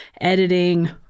editing